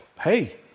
Hey